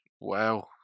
wow